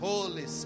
Holy